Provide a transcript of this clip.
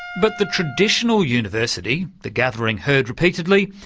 but the traditional university, the gathering heard repeatedly,